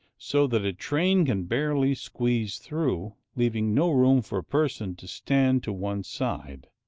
so that a train can barely squeeze through, leaving no room for a person to stand to one side.